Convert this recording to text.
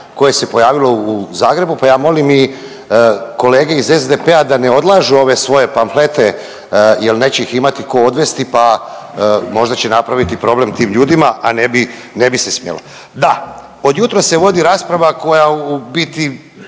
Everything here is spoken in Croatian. koje se pojavilo u Zagrebu, pa ja molim i kolege iz SDP-a da ne odlažu ove svoje pamflete jer neće ih imati tko odvesti pa možda će napraviti problem tim ljudima, a ne bi, ne bi se smjelo. Da, od jutros se vodi rasprava koja u biti